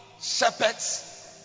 shepherds